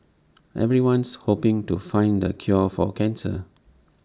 everyone's hoping to find the cure for cancer